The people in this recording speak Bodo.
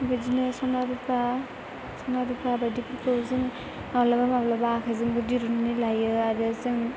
बेबायदिनो सना रुफा बायदिफोरखौ जोङो माब्लाबा माब्लाबा आखाइजोंबो दिहुननानै लायो आरो जों